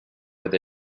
with